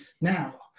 Now